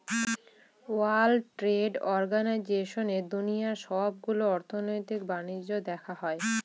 world trade অর্গানাইজেশনে দুনিয়ার সবগুলো অর্থনৈতিক বাণিজ্য দেখা হয়